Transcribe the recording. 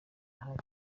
ahari